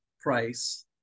price